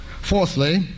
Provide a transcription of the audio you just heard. Fourthly